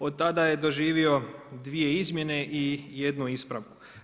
Od tada je doživio dvije izmjene i jednu ispravku.